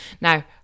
now